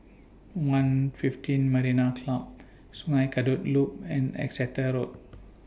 one fifteen Marina Club Sungei Kadut Loop and Exeter Road